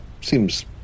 seems